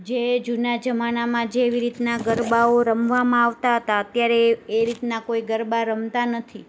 જે જૂના જમાનામાં જેવી રીતના ગરબાઓ રમવામાં આવતા હતા અત્યારે એ રીતના કોઈ ગરબા રમતા નથી